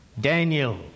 Daniel